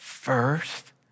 First